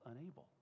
unable